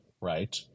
right